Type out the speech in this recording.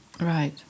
Right